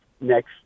next